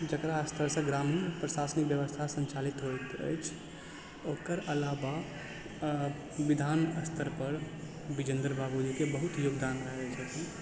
जेकरा स्तर से ग्रामीण प्रशासनिक व्यवस्था संचालित होइत अछि ओकर अलावा विधान स्तर पर विजयेंद्र बाबूजी के बहुत योगदान रहै छथिन